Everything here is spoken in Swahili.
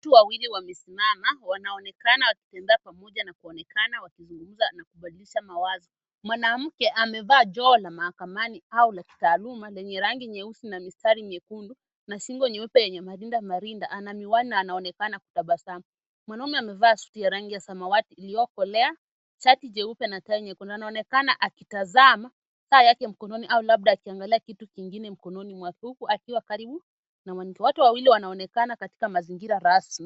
Watu wawili wamesimama. Wanaonekana wakitembea pamoja na kuonekana wakizungumza na kubadilisha mawazo. Mwanamke amevaa joho la mahakamani au la kitaaluma lenye rangi nyeusi na mistari miekundu na shingo nyeupe yenye marindamarinda. Ana miwani na anaonekana kutabasamu. Mwanaume amevaa suti ya rangi ya samawati iliyokolea, shati jeupe na tai nyekundu. Anaonekana akitazama saa yake mkononi au labda akiangalia kitu kingine mkononi mwake huku akiwa karibu na watu wawili wanaonekana katika mazingira rasmi.